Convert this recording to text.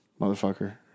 Motherfucker